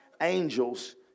angels